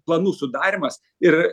planų sudarymas ir